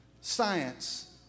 science